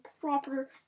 proper